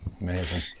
Amazing